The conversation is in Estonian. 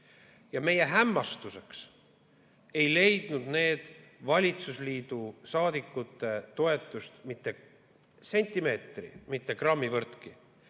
Meie hämmastuseks ei leidnud need valitsusliidu saadikute toetust mitte sentimeetri‑, mitte grammivõrdki.